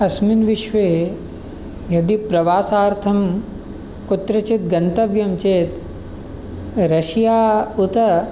अस्मिन् विश्वे यदि प्रवासार्थं कुत्रचित् गन्तव्यं चेत् रशिया उत